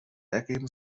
ergeben